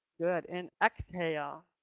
good and exhale.